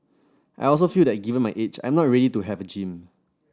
I also feel that given my age I'm not ready to have a gym